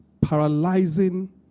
paralyzing